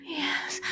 yes